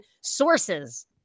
sources